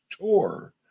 tour